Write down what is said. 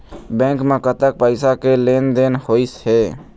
Bank म कतक पैसा के लेन देन होइस हे?